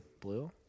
Blue